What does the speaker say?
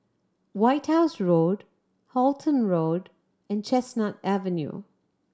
White House Road Halton Road and Chestnut Avenue